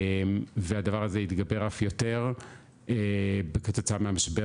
והדבר הזה התגבר אף יותר כתוצאה מהמשבר